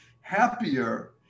Happier